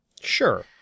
Sure